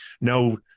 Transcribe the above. No